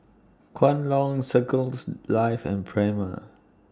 Kwan Loong Circles Life and Prima